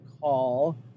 call